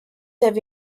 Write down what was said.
have